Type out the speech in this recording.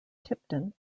tipton